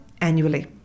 annually